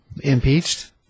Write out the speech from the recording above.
Impeached